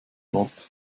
wort